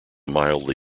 mildly